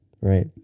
Right